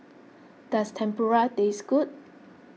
does Tempura taste good